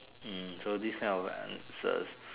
hmm so this kind of answers